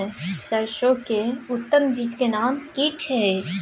सरसो के उत्तम बीज के नाम की छै?